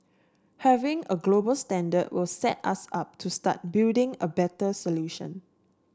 having a global standard will set us up to start building a better solution